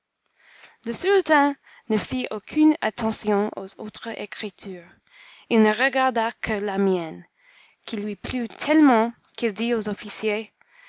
le sultan ne fit aucune attention aux autres écritures il ne regarda que la mienne qui lui plut tellement qu'il dit aux officiers